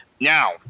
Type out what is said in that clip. Now